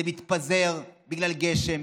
זה מתפזר בגלל גשם,